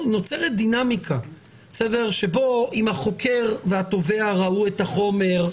נוצרת דינמיקה שאם החוקר והתובע ראו את החומר,